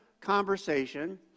conversation